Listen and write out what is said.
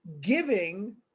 giving